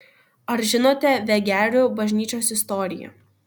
ar žinote vegerių bažnyčios istoriją